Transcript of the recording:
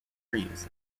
creams